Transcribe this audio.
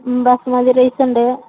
basmati റൈസുണ്ട്